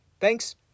Thanks